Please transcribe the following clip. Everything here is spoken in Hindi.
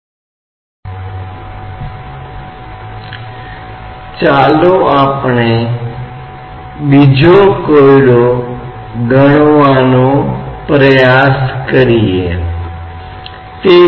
द्रव सांख्यिकी के शासी समीकरण इस पृष्ठभूमि के साथ अब हम द्रव तत्वों के साम्यवस्था के लिए और अधिक सामान्य विचार करेंगे